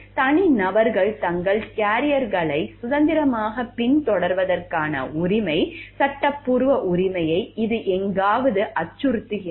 தனிநபர்கள் தங்கள் கேரியர்களை சுதந்திரமாகப் பின்தொடர்வதற்கான உரிமை சட்டப்பூர்வ உரிமையை இது எங்காவது அச்சுறுத்துகிறது